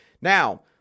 Now